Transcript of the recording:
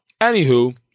anywho